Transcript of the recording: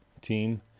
team